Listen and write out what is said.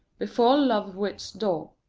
before lovewit's door.